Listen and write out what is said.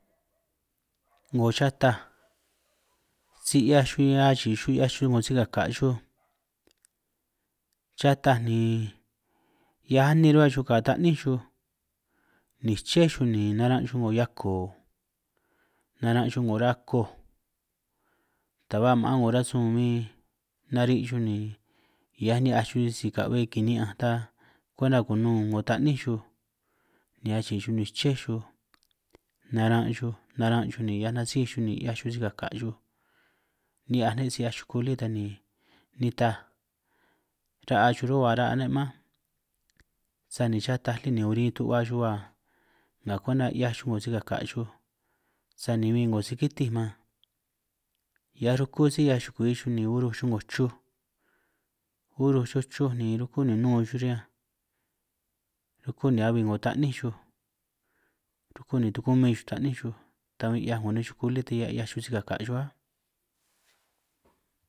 'Ngo chataj si 'hiaj chuj bin achi'i chuj 'ngo sikaka chuj, chataj ni hiaj anin rruba chuj ka taní chuj, ni ché chuj ni naran' chuj 'ngo hiako ni naran' chuj 'ngo ra'a koj taj ba ma'an 'ngo rasun, bin nari' chuj ni hiaj ni'hiaj chuj si ka'hue kini'ñanj ta kuenta kunun'ngo taní chuj, ni achi'i chuj ni ché chuj naran' chuj ni naran' chuj hiaj nasíj chuj ni 'hiaj chuj sikaka chuj, ni'hiaj ne' si 'hiaj chuku lí tan ni nitaj ra'a chuj run' ba ra'a ne' mánj, sani chataj lí ni urin du'hua chuj ba nga kuenta 'hiaj chuj sikaka chuj, sani bin 'ngo sikitinj man hiaj rukú si 'hiaj chukwi chuj ni uruj chuj 'ngo chuj uruj chruj ni rukú ni nun chuj riñanj rukú ni abi 'ngo taníj chuj rukú ni tukumín chuj taníj chuj ta bin 'hiaj 'ngo nej chuku lí tan 'hiaj chuj sikaka chuj áj